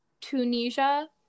tunisia